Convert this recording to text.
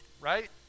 Right